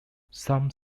some